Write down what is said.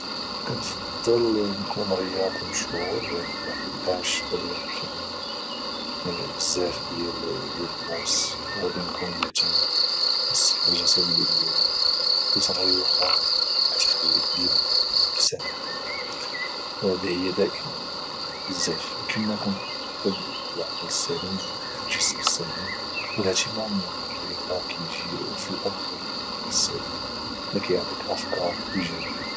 كنفضل نكون رياضي مشهور لحقاش غادي يعرفوني بزاف ديال الناس وغادي نكون مهتم بالصحه الجسديه ديالي حيت الرياضة كتخليك ديما فرحان وفي سعادة اللي هي دائمة بزاف وكما كنقولو العقل السليم في الجسم السليم والاهتمام بالرياضة كيجي في الاول من العقل السليم اللي كيعطيك افكار اجابية